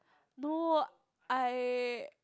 no I